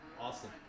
Awesome